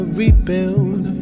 rebuild